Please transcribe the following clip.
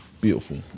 beautiful